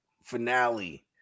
finale